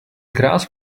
grass